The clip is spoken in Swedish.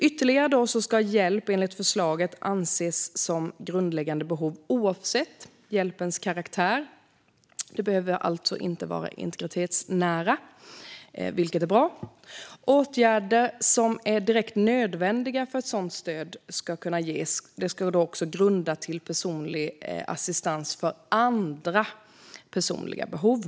Hjälp ska enligt förslaget anses som grundläggande behov oavsett hjälpens karaktär. Det behöver alltså inte vara integritetsnära, vilket är bra. Åtgärder som är direkt nödvändiga för att sådant stöd ska kunna ges ska också grunda rätt till personlig assistans för andra personliga behov.